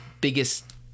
biggest